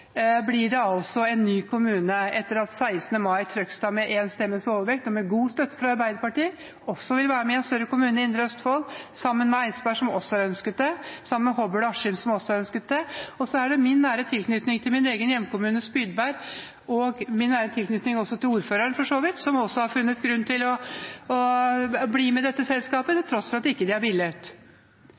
blir det en ny kommune etter at Trøgstad 16. mai med 1 stemmes overvekt og med god støtte fra Arbeiderpartiet vedtok at de også vil være med i en større kommune i Indre Østfold, sammen med Eidsberg, som har ønsket det, sammen med Hobøl og Askim, som også har ønsket det. Så er det min hjemkommune, Spydeberg, som jeg har en nær tilknytning til, og for så vidt også til ordføreren, som nå har funnet grunn til å bli med i dette selskapet til tross for at de ikke har villet